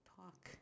talk